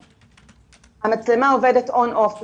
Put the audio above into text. המצלמה עובדת on/off.